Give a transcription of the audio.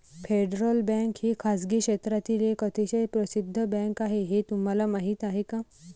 Federal Bank ही खासगी क्षेत्रातील एक अतिशय प्रसिद्ध बँक आहे हे तुम्हाला माहीत आहे का?